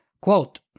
Quote